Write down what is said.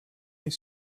est